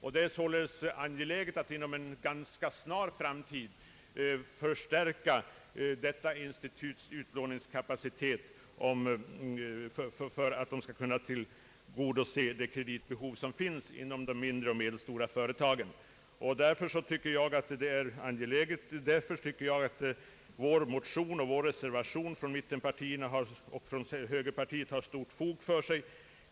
Det är således angeläget att inom en ganska snar framtid förstärka detta instituts utlåningskapacitet för att det skall kunna. tillgodose nuvarande kreditbehov inom de mindre och medelstora företagen. På nu anförda skäl tycker jag att oppositionspartiernas reservation = har stort fog för sig.